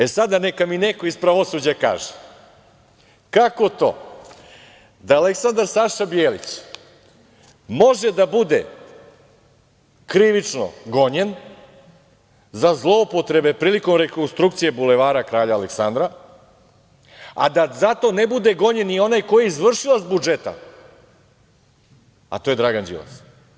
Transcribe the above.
E, sada, neka mi neko iz pravosuđa kaže – kako to da Aleksandar Saša Bijelić može da bude krivično gonjen za zloupotrebe prilikom rekonstrukcije Bulevara kralja Aleksandra, a da za to ne bude gonjen ni onaj ko je izvršilac budžeta, a to je Dragan Đilas?